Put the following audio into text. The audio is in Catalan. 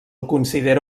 considera